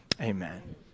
amen